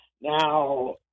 Now